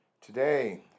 Today